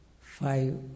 five